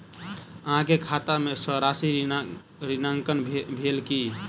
अहाँ के खाता सॅ राशि ऋणांकन भेल की?